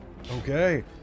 Okay